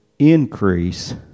Increase